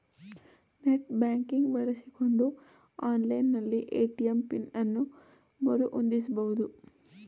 net banking ಬಳಸಿಕೊಂಡು online ನಲ್ಲಿ ATM pin ಅನ್ನು ಮರು ಹೊಂದಿಸಬಹುದು